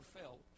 felt